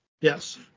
Yes